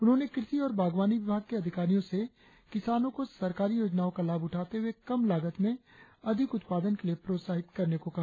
उन्होंने कृषि और वागवानी विभाग के अधिकारियों से किसानों को सरकारी योजनाओं का लाभ उठाते हुए कम लागत में अधिक उत्पादन के लिए प्रोत्साहित करने को कहा